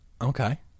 Okay